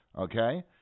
okay